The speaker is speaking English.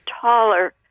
taller